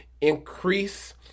increase